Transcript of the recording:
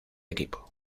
equipo